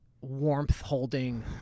warmth-holding